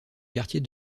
quartier